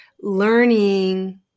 learning